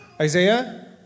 Isaiah